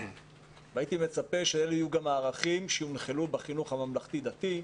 והייתי מצפה שאלה יהיו גם הערכים שיונחלו בחינוך הממלכתי-דתי,